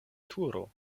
turo